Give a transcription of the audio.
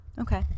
Okay